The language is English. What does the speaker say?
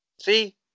See